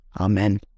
Amen